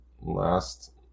last